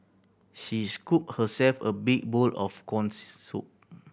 she scooped herself a big bowl of corn soup